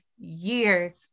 years